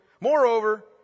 moreover